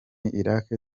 iraq